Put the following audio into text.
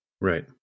Right